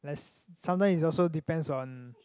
let's sometimes is also depends on